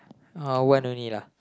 uh one only lah